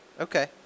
Okay